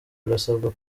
rurasabwa